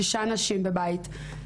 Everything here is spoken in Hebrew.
שישה אנשים בבית,